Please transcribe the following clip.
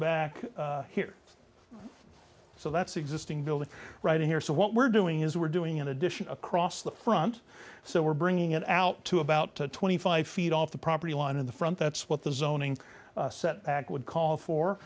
back here so that's the existing building right here so what we're doing is we're doing in addition across the front so we're bringing it out to about twenty five feet off the property line in the front that's what the zoning set would call for